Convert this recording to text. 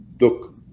look